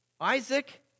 Isaac